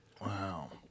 Wow